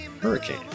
Hurricane